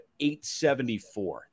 874